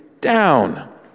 down